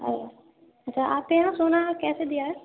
سونا کیسے دیا ہے